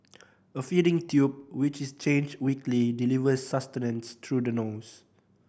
a feeding tube which is changed weekly delivers sustenance through the nose